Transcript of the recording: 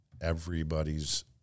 everybody's